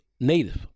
native